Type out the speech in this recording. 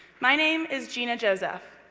my name is gina jozef.